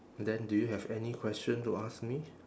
then do you have any question to ask me